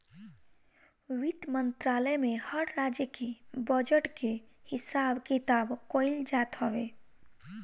वित्त मंत्रालय में हर राज्य के बजट के हिसाब किताब कइल जात हवे